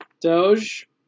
Doge